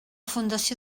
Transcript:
fundació